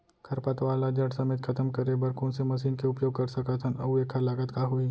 खरपतवार ला जड़ समेत खतम करे बर कोन से मशीन के उपयोग कर सकत हन अऊ एखर लागत का होही?